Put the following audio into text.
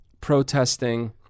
protesting